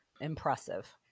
impressive